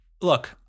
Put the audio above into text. look